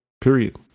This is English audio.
period